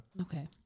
Okay